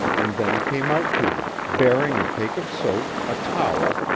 and then came out to them, bearing a cake of soap, a towel,